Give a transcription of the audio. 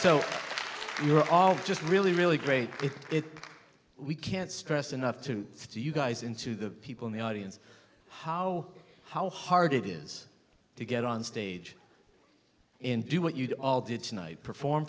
you we're all just really really great if we can't stress enough to you guys in to the people in the audience how how hard it is to get onstage and do what you all did tonight perform